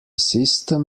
system